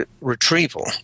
retrieval